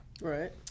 right